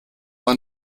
war